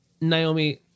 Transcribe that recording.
Naomi